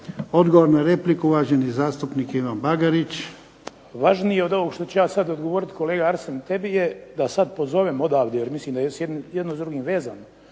Odgovor na repliku uvaženi zastupnik Ivan Bagarić. **Bagarić, Ivan (HDZ)** Važnije je od ovoga što ću ja odgovoriti kolega Arsen tebi je da sada pozovem odavde, jer mislim da je jedno s drugim vezano,